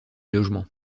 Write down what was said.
logements